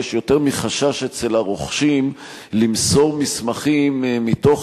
ויש יותר מחשש אצל הרוכשים למסור מסמכים מתוך